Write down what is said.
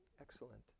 excellent